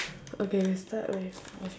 okay we start with